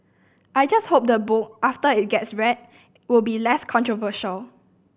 I just hope the book after it gets read will be less controversial